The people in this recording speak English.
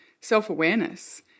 self-awareness